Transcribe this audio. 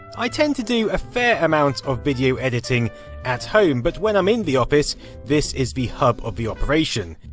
i tend to do a fair amount of video editing at home, but when i'm in the office, this is the hub of the operation.